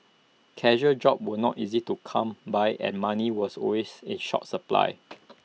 casual jobs were not easy to come by and money was always in short supply